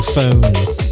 Phones